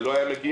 זה לא היה מגיע,